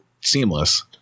seamless